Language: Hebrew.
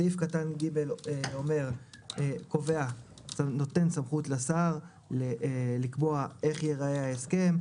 סעיף קטן (ג) נותן סמכות לשר לקבוע איך ייראה ההסכם,